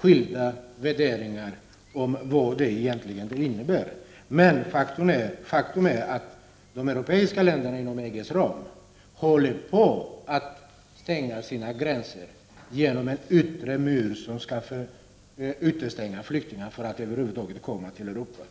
skilda värderingar av vad detta begrepp egentligen innebär. Men faktum är att de europeiska länderna inom EG:s ram håller på att stänga sina gränser genom en yttre mur som syftar till att utestänga flyktingar. Dessa skall över huvud taget inte kunna komma till Europa.